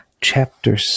Chapter